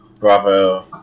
Bravo